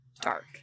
Dark